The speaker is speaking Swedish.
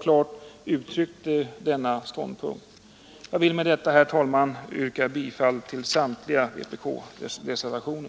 klart uttryckt denna ståndpunkt. Jag vill med detta, herr talman, yrka bifall till samtliga vpk-reservationer.